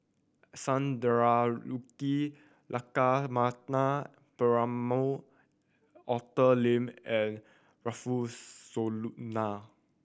Sundarajulu Lakshmana Perumal Arthur Lim and Rufino Soliano